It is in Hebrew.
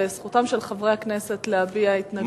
וזכותם של חברי הכנסת להביע התנגדות.